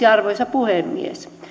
arvoisa puhemies lopuksi